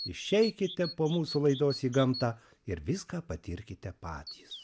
išeikite po mūsų laidos į gamtą ir viską patirkite patys